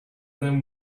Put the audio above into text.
them